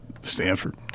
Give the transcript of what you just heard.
Stanford